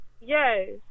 Yes